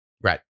Right